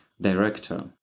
director